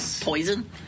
Poison